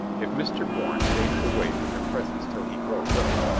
if mr. bourne stayed away from your presence till he grows up.